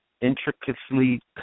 intricately